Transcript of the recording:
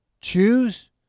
choose